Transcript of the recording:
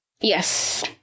Yes